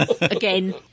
Again